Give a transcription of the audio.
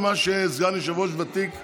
הצעת ועדת הכנסת בדבר הרכב הוועדה